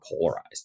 polarized